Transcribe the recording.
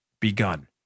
begun